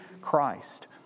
Christ